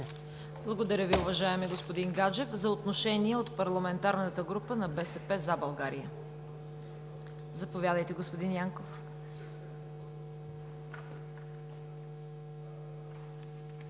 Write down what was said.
Благодаря Ви, уважаеми господин Гаджев. За отношение от Парламентарната група на „БСП за България“ – заповядайте, господин Янков.